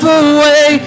away